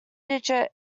digit